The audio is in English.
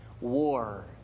war